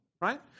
right